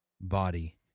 body